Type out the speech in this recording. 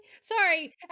Sorry